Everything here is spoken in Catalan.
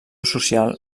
social